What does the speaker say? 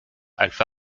alfa